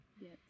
Yes